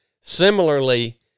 similarly